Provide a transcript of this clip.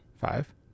five